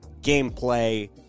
gameplay